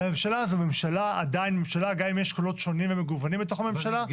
גם אם יש קולות שונים ומגוונים בתוך הממשלה,